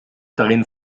darin